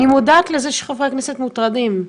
אני מודעת לזה שחברי הכנסת מוטרדים,